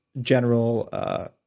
general